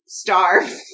starve